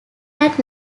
had